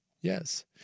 yes